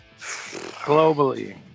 globally